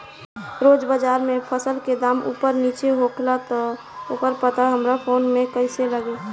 रोज़ बाज़ार मे फसल के दाम ऊपर नीचे होखेला त ओकर पता हमरा फोन मे कैसे लागी?